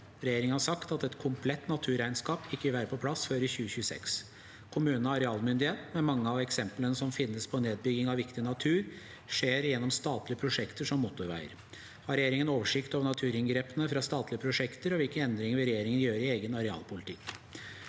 Regjeringen har sagt at et komplett naturregnskap ikke vil være på plass før i 2026. Kommunene er arealmyn- dighet, men mange av eksemplene som finnes på nedbyg- ging av viktig natur, skjer gjennom statlige prosjekter som motorveier. Har regjeringen oversikt over naturinngrepene fra statlige prosjekter, og hvilke endringer vil regjeringen gjøre i egen arealpolitikk?»